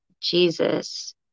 Jesus